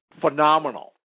phenomenal